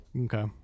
Okay